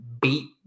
beat